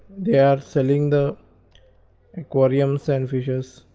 they are selling the aquariums and fishes